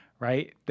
right